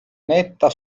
netta